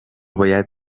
باید